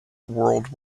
world